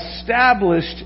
established